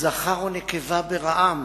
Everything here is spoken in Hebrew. "זכר ונקבה בראם",